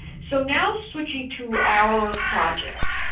so now, switching to our project,